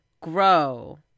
grow